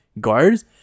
guards